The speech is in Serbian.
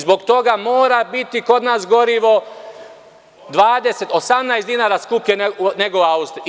Zbog toga mora biti kod nas gorivo 18 dinara skuplje nego u Austriji.